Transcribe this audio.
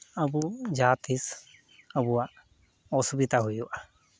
ᱟᱵᱚ ᱡᱟᱦᱟᱸᱛᱤᱥ ᱟᱵᱚᱣᱟᱜ ᱚᱥᱩᱵᱤᱛᱟ ᱦᱩᱭᱩᱜᱼᱟ